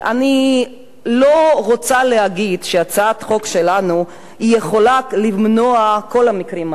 אני לא רוצה להגיד שהצעת החוק שלנו יכולה למנוע את כל המקרים האלה,